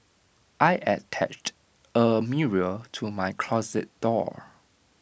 I attached A mirror to my closet door